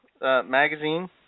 magazine